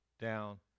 down